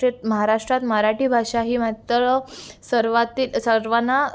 महाराष्ट्रात मराठी भाषा ही मात्र सर्वातील सर्वांना